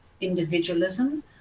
individualism